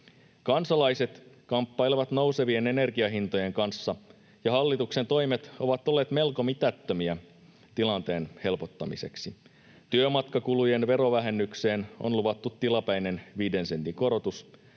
Kansalaiset kamppailevat nousevien energiahintojen kanssa, ja hallituksen toimet ovat olleet melko mitättömiä tilanteen helpottamiseksi. Työmatkakulujen verovähennykseen on luvattu tilapäinen viiden sentin korotus,